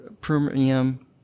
premium